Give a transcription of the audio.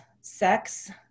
sex